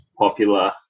popular